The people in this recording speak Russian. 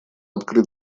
открыт